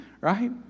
right